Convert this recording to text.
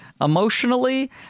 emotionally